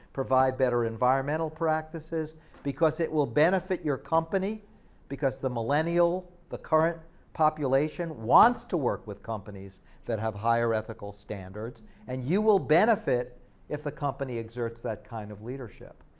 provide better environmental practices because it will benefit your company because the millennial, the current population wants to work with companies that have higher ethical standards and you will benefit if a company exerts that kind of leadership,